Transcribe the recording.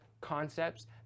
concepts